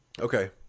Okay